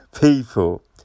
people